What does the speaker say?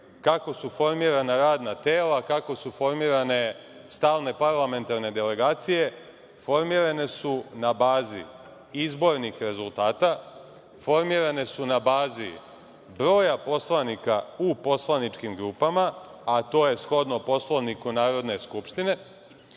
kako su formirana radna tela, kako su formirane stalne parlamentarne delegacije, formirane su na bazi izbornih rezultata, formirane su na bazi broja poslanika u poslaničkim grupama, a to je shodno Poslovniku Narodne skupštine,